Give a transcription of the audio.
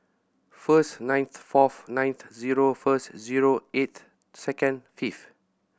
first ninth fourth ninth zero first eighth second fifth